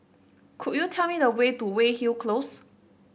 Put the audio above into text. could you tell me the way to Weyhill Close